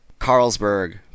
Carlsberg